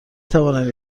توانم